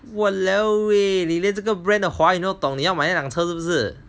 !walao! eh 你连这个 brand 的华语都懂你要买一辆车是不是